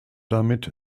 damit